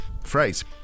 phrase